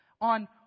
on